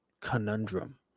conundrum